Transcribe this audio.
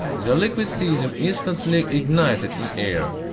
so liquid cesium instantly ignited in air,